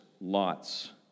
lots